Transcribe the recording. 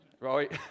Right